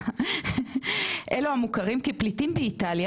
"אלו המכירים כפליטים באיטליה,